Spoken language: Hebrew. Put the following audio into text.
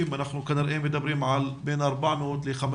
אנחנו כנראה מדברים על בין 400,000-500,000